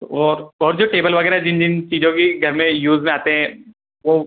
तो और और जो टेबल वगैरह जिन जिन चीज़ों की घर में यूज़ में आते हैं वह